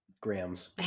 grams